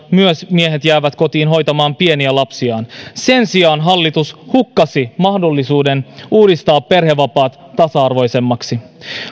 myös miehet jäävät kotiin hoitamaan pieniä lapsiaan sen sijaan hallitus hukkasi mahdollisuuden uudistaa perhevapaat tasa arvoisemmaksi